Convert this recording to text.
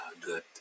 good